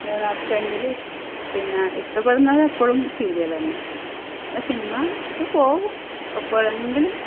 നർച്ചെങ്കിൽ പിന്നെ ഇഷ്ടപ്പെടുന്നതെപ്പോഴും സീരിയൽതന്നെ പിന്നെ സിനിമയ്ക്ക് പോവും എപ്പോഴെങ്കിലും